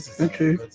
Okay